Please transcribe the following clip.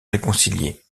réconcilier